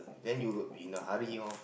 then you would be in a hurry all